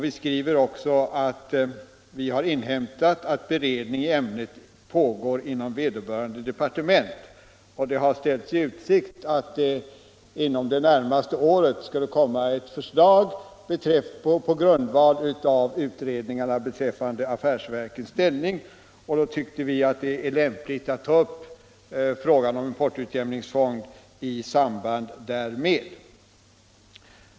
Vi skriver också att vi har inhämtat att beredningen i ämnet pågår inom vederbörande departement. Det har ställts i utsikt att det inom det närmaste året skulle komma ett förslag på grundval av utredningarna beträffande affärsverkens ställning. Vi tycker att det är lämpligt att ta upp frågan om en portoutjämningsfond i samband därmed.